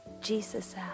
Jesus